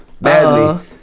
badly